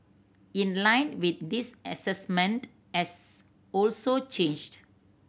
in line with this assessment has also changed